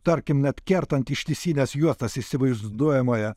tarkim net kertant ištisines juostas įsivaizduojamoje